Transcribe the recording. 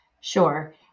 Sure